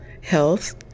health